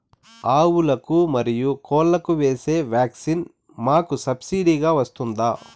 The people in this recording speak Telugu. ఆవులకు, మరియు కోళ్లకు వేసే వ్యాక్సిన్ మాకు సబ్సిడి గా వస్తుందా?